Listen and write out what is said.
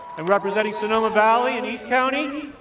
and, representing sonoma valley and east county,